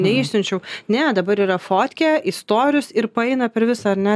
neišsiunčiau ne dabar yra fotkė į storius ir paeina per visą ar ne